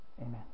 Amen